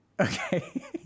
Okay